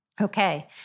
Okay